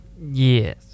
Yes